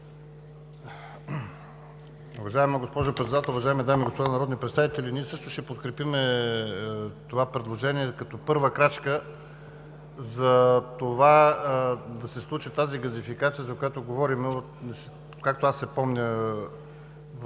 Уважаема госпожо Председател, уважаеми дами и господа народни представители! Ние също ще подкрепим това предложение като първа крачка за това да се случи тази газификация, за която говорим – както аз я помня в